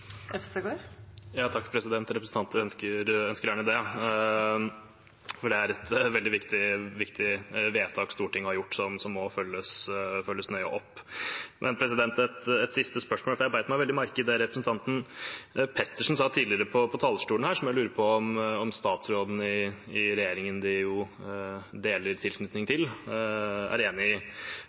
Representanten ønsker gjerne det, for det er et veldig viktig vedtak Stortinget har gjort, som må følges nøye opp. Et siste spørsmål, for jeg beit meg veldig merke i det representanten Pettersen sa tidligere på talerstolen her, og jeg lurer på om statsråden i regjeringen de deler tilknytning til, er